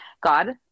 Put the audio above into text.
God